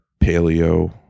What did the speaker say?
paleo